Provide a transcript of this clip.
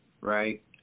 right